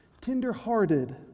tenderhearted